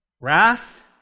wrath